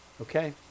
okay